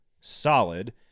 solid